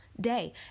day